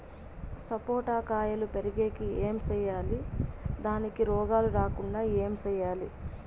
సపోట కాయలు పెరిగేకి ఏమి సేయాలి దానికి రోగాలు రాకుండా ఏమి సేయాలి?